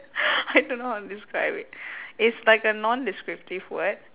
I don't know how to describe it it's like a non descriptive word